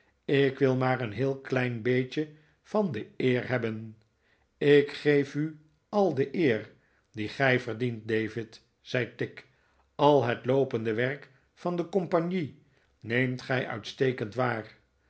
ik wil maar een heel klein beetje van de eer hebben ik geef u al de eer die gij verdient david zei tigg a het loopende werk van de compagnie neemt gij uitstekend waar